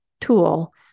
tool